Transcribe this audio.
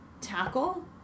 tackle